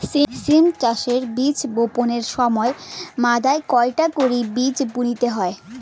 সিম চাষে বীজ বপনের সময় প্রতি মাদায় কয়টি করে বীজ বুনতে হয়?